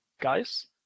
guys